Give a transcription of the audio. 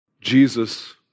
Jesus